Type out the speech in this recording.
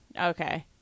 Okay